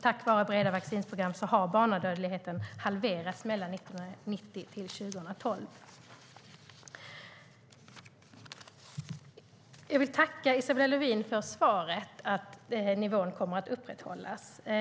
Tack vare breda vaccinprogram har barnadödligheten halverats mellan 1990 och 2012.Jag vill tacka Isabella Lövin för svaret att nivån kommer att upprätthållas.